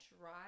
dry